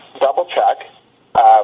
double-check